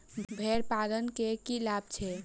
भेड़ पालन केँ की लाभ छै?